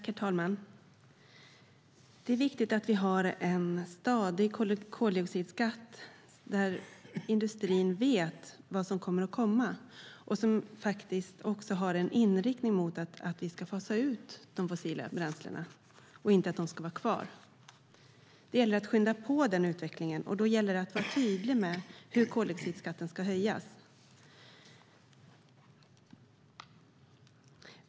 Herr talman! Det är viktigt att vi har en stadig koldioxidskatt där industrin vet vad som kommer att komma och som också har en inriktning mot att vi ska fasa ut de fossila bränslena - inte att de ska vara kvar. Det gäller att skynda på den utvecklingen, och då gäller det att vara tydlig med hur koldioxidskatten ska höjas.